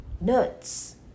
nuts